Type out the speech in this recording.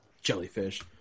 Jellyfish